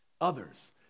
others